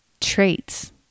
traits